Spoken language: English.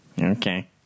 okay